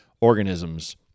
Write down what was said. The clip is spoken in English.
organisms